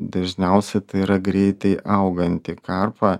dažniausia tai yra greitai auganti karpa